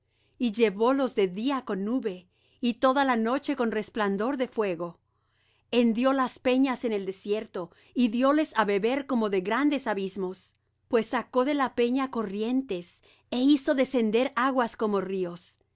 y llevólos de día con nube y toda la noche con resplandor de fuego hendió las peñas en el desierto y dióles á beber como de grandes abismos pues sacó de la peña corrientes e hizo descender aguas como ríos